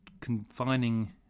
confining